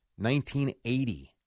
1980